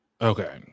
okay